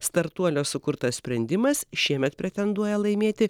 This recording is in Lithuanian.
startuolio sukurtas sprendimas šiemet pretenduoja laimėti